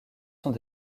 sont